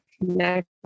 connect